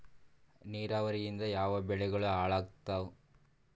ನಿರಾವರಿಯಿಂದ ಯಾವ ಬೆಳೆಗಳು ಹಾಳಾತ್ತಾವ?